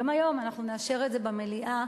גם היום אנחנו נאשר את זה במליאה,